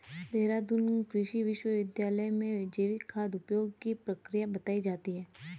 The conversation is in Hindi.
देहरादून कृषि विश्वविद्यालय में जैविक खाद उपयोग की प्रक्रिया बताई जाती है